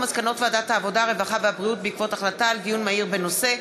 8,000 מתים מעישון,